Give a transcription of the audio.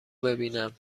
ببینم